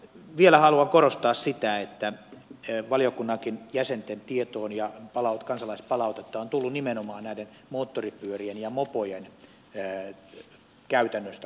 vielä haluan korostaa sitä että valiokunnankin jäsenten tietoon kansalaispalautetta on tullut nimenomaan moottoripyörien ja mopojen käytännöstä